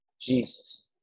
Jesus